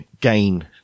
gain